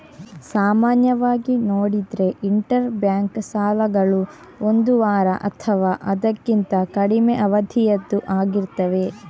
ಸಾಮಾನ್ಯವಾಗಿ ನೋಡಿದ್ರೆ interbank ಸಾಲಗಳು ಒಂದು ವಾರ ಅಥವಾ ಅದಕ್ಕಿಂತ ಕಡಿಮೆ ಅವಧಿಯದ್ದು ಆಗಿರ್ತವೆ